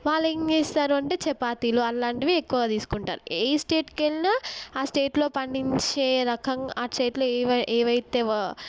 వాళ్ళు ఏం చేస్తారు అంటే చపాతీలు అలాంటివి ఎక్కువ తీసుకుంటారు ఏ స్టేట్కి వెళ్లినా ఆ స్టేట్లొ పండించే రకంగా ఆ స్టేట్లొ ఏవై ఏవైతే ఎవ్